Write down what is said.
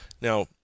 Now